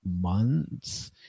months